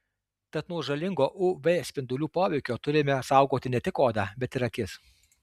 tad nuo žalingo uv spindulių poveikio turime saugoti ne tik odą bet ir akis